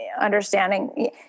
understanding